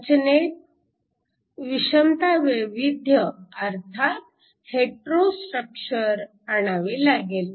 रचनेत विषमता वैविध्य अर्थात हेट्रो स्ट्रक्चर आणावे लागेल